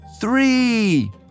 Three